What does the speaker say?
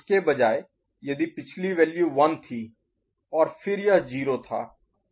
इसके बजाय यदि पिछली वैल्यू 1 थी और फिर यह 0 था